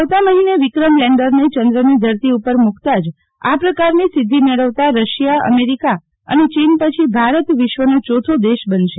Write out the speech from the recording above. આવતા મહિને વિક્રમ લેન્ડરને ચંદ્રની ધરતી ઉપર મુકતા આ પ્રકારની સિધ્ધી મેળવતા રશિયા અમેરિકા અને ચીન પછી ભારત વિશ્વનો ચોથો દેશ બનશે